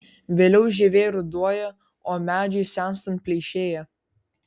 vėliau žievė ruduoja o medžiui senstant pleišėja